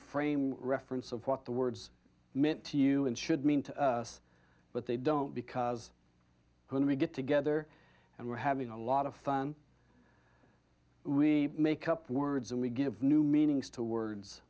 frame of reference of what the words meant to you and should mean to us but they don't because when we get together and we're having a lot of fun we make up words and we give new meanings to words